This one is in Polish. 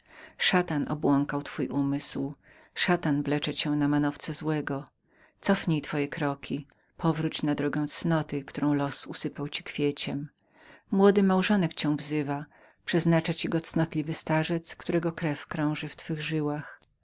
szatan obłąkał twój umysł szatan wlecze cię na manowce złego cofnij twoje kroki powróć na drogę prawdy którą los usypał ci kwieciem młody małżonek cię wzywa przedstawia ci go cnotliwy starzec którego krew krąży w twych żyłach